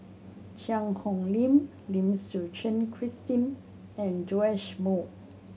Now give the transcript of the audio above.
Cheang Hong Lim Lim Suchen Christine and Joash Moo